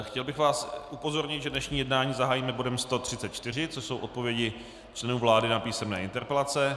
Chtěl bych vás upozornit, že dnešní jednání zahájíme bodem 134, což jsou odpovědi členů vlády na písemné interpelace.